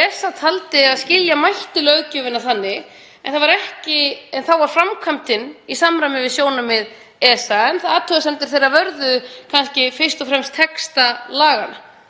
ESA taldi að skilja mætti löggjöfina þannig en þá var framkvæmdin í samræmi við sjónarmið ESA. Athugasemdir ESA vörðuðu kannski fyrst og fremst texta laganna.